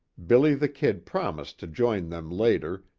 billy the kid promised to join them later,